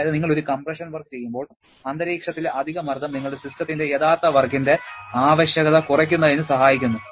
അതായത് നിങ്ങൾ ഒരു കംപ്രഷൻ വർക്ക് ചെയ്യുമ്പോൾ അന്തരീക്ഷത്തിലെ അധിക മർദ്ദം നിങ്ങളുടെ സിസ്റ്റത്തിന്റെ യഥാർത്ഥ വർക്കിന്റെ ആവശ്യകത കുറയ്ക്കുന്നതിന് സഹായിക്കുന്നു